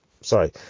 Sorry